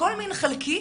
הכול חלקי,